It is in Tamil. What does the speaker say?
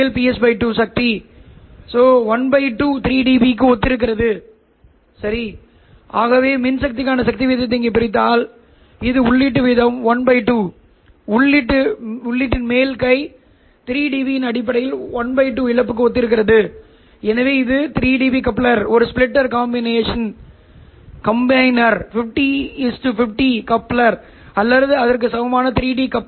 சமன்பாடு மூன்று சொற்களைக் கொண்டுள்ளது முதல் சொல் R 2 Pr அங்கு Pr Ps | a | 2 Ps உள்வரும் சமிக்ஞை எனவே Ps | a | 2e jωst s modulus செயல்பாட்டின் காரணமாக இரண்டாவது சொல் R 2 PLO PLO என்பது உள்ளூர் ஆஸிலேட்டர் சக்தி மற்றும் இறுதியாக நீங்கள் விரும்பும் மூன்றாவது சொல் R2 √PsPLOacosθ ஆகும்